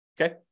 Okay